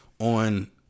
on